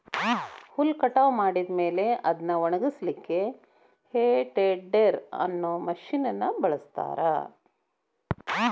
ಹುಲ್ಲ್ ಕಟಾವ್ ಮಾಡಿದ ಮೇಲೆ ಅದ್ನ ಒಣಗಸಲಿಕ್ಕೆ ಹೇ ಟೆಡ್ದೆರ್ ಅನ್ನೋ ಮಷೇನ್ ನ ಬಳಸ್ತಾರ